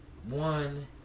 One